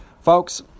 Folks